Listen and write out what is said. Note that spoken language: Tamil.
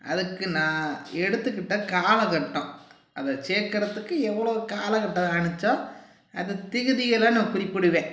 அதுக்கு நான் எடுத்துக்கிட்ட காலகட்டம் அதை சேர்க்கறதுக்கு எவ்வளோ காலகட்டம் ஆணுச்சோ அந்தத் தேதியெலாம் நான் குறிப்பிடுவேன்